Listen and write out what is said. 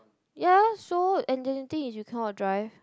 ya that's so and another thing is you cannot drive